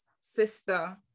sister